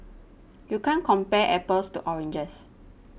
you can't compare apples to oranges